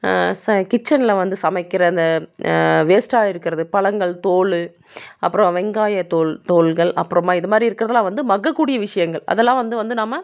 கிச்சனில் வந்து சமைக்கிற அந்த வேஸ்ட்டாக இருக்கிறது பழங்கள் தோல் அப்புறம் வெங்காயத்தோல் தோல்கள் அப்புறமா இது மாதிரி இருக்கிறதுலா வந்து மக்ககூடிய விஷயங்கள் அதெல்லாம் வந்து வந்து நம்ம